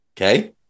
Okay